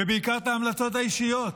ובעיקר את ההמלצות האישיות.